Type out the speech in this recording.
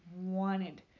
wanted